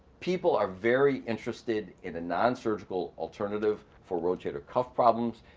people are very interested in the non-surgical alternative for rotator cuff problems,